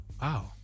Wow